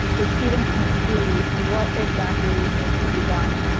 so students can see what exactly needs to be done,